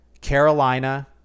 Carolina